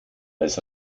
als